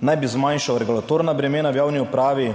naj bi zmanjšal regulatorna bremena v javni upravi